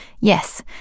yes